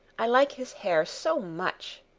i like his hair so much.